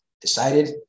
decided